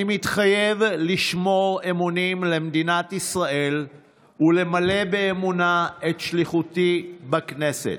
אני מתחייב לשמור אמונים למדינת ישראל ולמלא באמונה את שליחותי בכנסת.